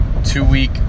two-week